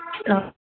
हा